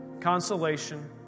consolation